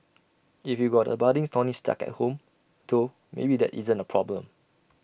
if you got A budding tony stark at home though maybe that isn't A problem